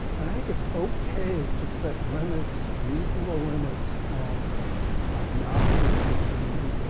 and i think it's ok to set limits, reasonable limits, on obnoxious, demeaning,